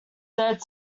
that